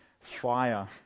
fire